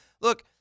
look